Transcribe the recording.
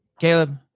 Caleb